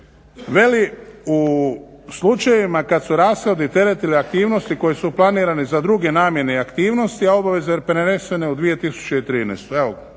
Veli, u slučajevima kad su rashodi teretili aktivnosti koje su planirane za druge namjene i aktivnosti, a obaveze prenesene u 2013.